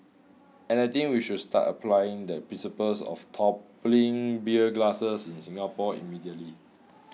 and I think we should start applying the principles of toppling beer glass in Singapore immediately